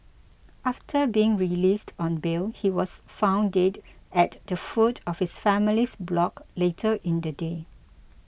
after being released on bail he was found dead at the foot of his family's block later in the day